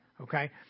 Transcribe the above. okay